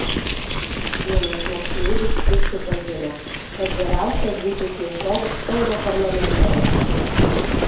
vienas moksleivis prisipažino kad geriausia būti tiesiog europarlamentaru